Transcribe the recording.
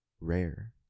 rare